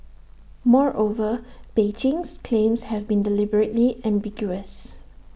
moreover Beijing's claims have been deliberately ambiguous